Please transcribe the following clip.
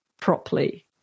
properly